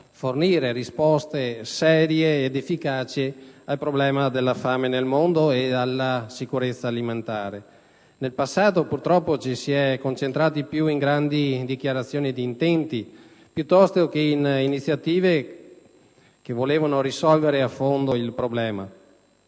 fornire risposte serie ed efficaci al problema della fame nel mondo e della sicurezza alimentare. Nel passato, purtroppo, ci si è concentrati maggiormente in grandi dichiarazioni di intenti piuttosto che in iniziative che volevano risolvere a fondo il problema.